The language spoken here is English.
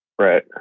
Right